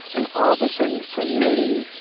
and all of a sudden, for me,